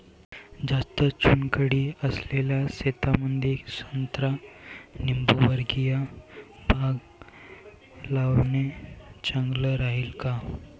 जास्त चुनखडी असलेल्या शेतामंदी संत्रा लिंबूवर्गीय बाग लावणे चांगलं राहिन का?